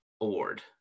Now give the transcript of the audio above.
Award